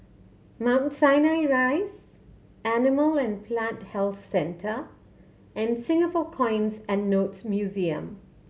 Mount Sinai Rise Animal and Plant Health Centre and Singapore Coins and Notes Museum